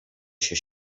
się